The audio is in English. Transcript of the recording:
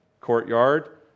Courtyard